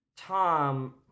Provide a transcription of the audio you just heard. Tom